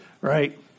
Right